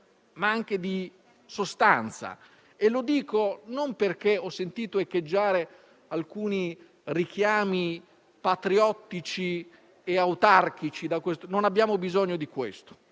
ma anche di sostanza. Non lo dico perché ho sentito echeggiare alcuni richiami patriottici e autarchici: non abbiamo bisogno di questo.